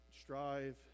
strive